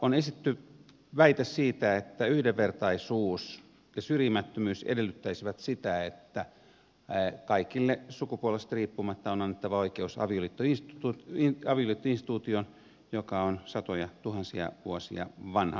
on esitetty väite siitä että yhdenvertaisuus ja syrjimättömyys edellyttäisivät sitä että kaikille sukupuolesta riippumatta on annettava oikeus avioliittoinstituutioon joka on satojatuhansia vuosia vanha